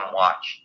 watch